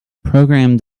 program